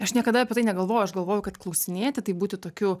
aš niekada apie tai negalvojau aš galvojau kad klausinėti tai būti tokiu